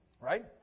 Right